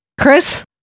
Chris